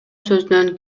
сөзүнөн